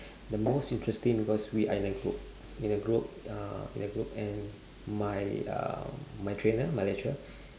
the most interesting because we are in the group in the group uh in the group and my uh my trainer my lecturer